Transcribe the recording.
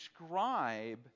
describe